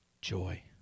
Joy